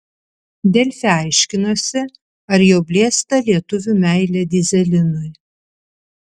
delfi aiškinosi ar jau blėsta lietuvių meilė dyzelinui